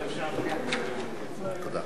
תודה.